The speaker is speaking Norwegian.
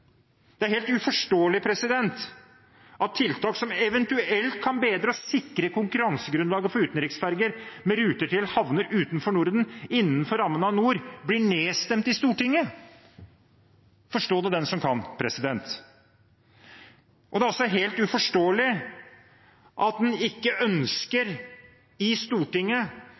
Det er helt uforståelig at tiltak som eventuelt kan bedre og sikre konkurransegrunnlaget for utenriksferger med ruter til havner utenfor Norden innenfor rammen av NOR, blir nedstemt i Stortinget. Forstå det den som kan. Det er også helt uforståelig at man i Stortinget ikke ønsker å få utredet konsekvensene for nordiske arbeidstakere i